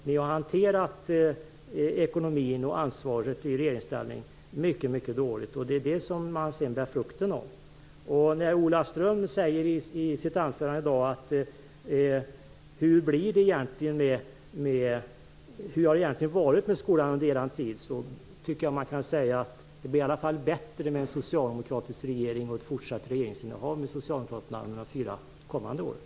Ni har hanterat ekonomin och ansvaret i regeringsställning mycket dåligt. Det är det man bär frukten av. När Ola Ström i dag frågar hur det varit med skolan under vår tid tycker jag att man kan säga att det i alla fall blir bättre med ett fortsatt socialdemokratiskt regeringsinnehav under de kommande åren.